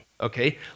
okay